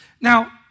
Now